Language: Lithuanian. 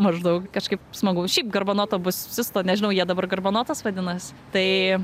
maždaug kažkaip smagaus šiaip garbanoto bosisto nežinau jie dabar garbanotas vadinas tai